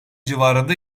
civarında